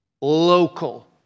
local